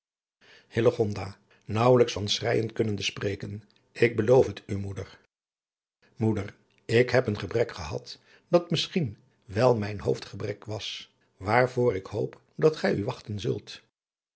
naauwelijks van schreijen kunnende spreken ik beloof het u moeder adriaan loosjes pzn het leven van hillegonda buisman moeder ik heb een gebrek gehad dat misschien wel mijn hoofdgebrek was waar voor ik hoop dat gij u wachten zult